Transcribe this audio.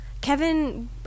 kevin